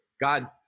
God